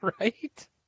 right